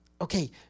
Okay